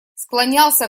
склонялся